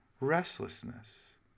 restlessness